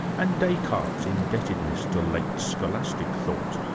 and descartes' indebtedness to late scholastic thought.